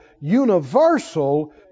universal